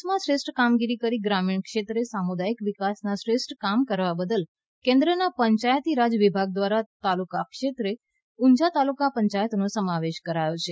દેશમાં શ્રેષ્ઠ કામગીરી કરી ગ્રામીણ ક્ષેત્રે સામુદાયીક વિકાસના શ્રેષ્ઠ કામ કરવા બદલ કેન્દ્રનાં પંચાયતીરાજ વિભાગ દ્રારા તાલુકા કક્ષાએ ઉંઝા તાલુકા પંચાયતનો સમાવેશ કરાયો છે